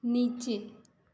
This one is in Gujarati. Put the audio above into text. નીચે